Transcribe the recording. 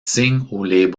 signent